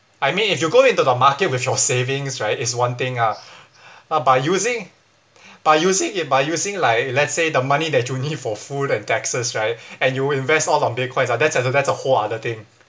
I mean if you go into the market with your savings right is one thing ah uh by using by using it by using like let's say the money that you need for food and taxes right and you invest all on bitcoins ah that's a that's a whole other thing